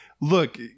look